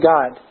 God